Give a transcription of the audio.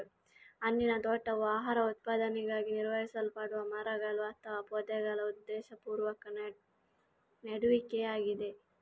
ಹಣ್ಣಿನ ತೋಟವು ಆಹಾರ ಉತ್ಪಾದನೆಗಾಗಿ ನಿರ್ವಹಿಸಲ್ಪಡುವ ಮರಗಳು ಅಥವಾ ಪೊದೆಗಳ ಉದ್ದೇಶಪೂರ್ವಕ ನೆಡುವಿಕೆಯಾಗಿದೆ